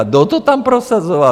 Kdo to tam prosazoval?